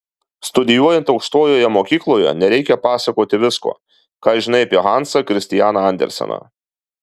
studijuojant aukštojoje mokykloje nereikia pasakoti visko ką žinai apie hansą kristianą anderseną